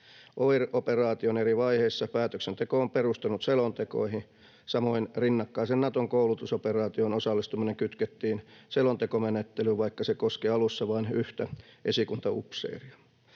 OIR-operaation eri vaiheissa päätöksenteko on perustunut selontekoihin. Samoin rinnakkaiseen Naton koulutusoperaatioon osallistuminen kytkettiin selontekomenettelyyn, vaikka se koski alussa vain yhtä esikuntaupseeria.